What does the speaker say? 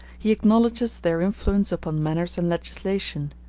he acknowledges their influence upon manners and legislation.